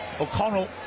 O'Connell